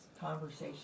conversation